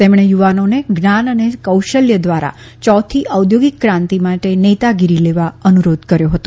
તેમણે યુવાનોને જ્ઞાન અને કૌશલ્ય ધ્વારા ચોથી ઔદ્યોગીક ક્રાંતી માટે નેતાગીરી લેવા અનુરોધ કર્યો હતો